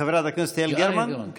חברת הכנסת יעל גרמן?